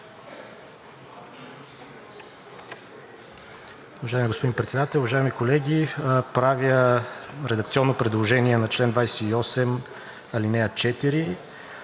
Уважаеми господин Председател, уважаеми колеги! Правя редакционно предложение на чл. 28, ал. 4,